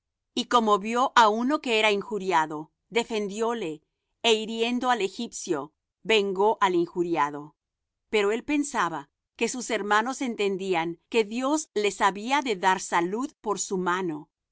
y como vió á uno que era injuriado defendióle é hiriendo al egipcio vengó al injuriado pero él pensaba que sus hermanos entendían que dios les había de dar salud por su mano